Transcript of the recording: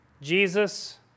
Jesus